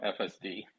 FSD